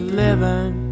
living